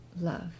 love